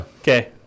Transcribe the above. Okay